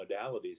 modalities